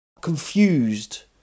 Confused